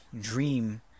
dream